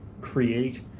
create